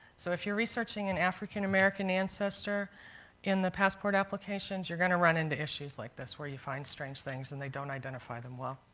so if you're researching an african american ancestor in the passport applications, you're going to run into issues like this where you find strange things and they don't identify them well.